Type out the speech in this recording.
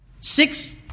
six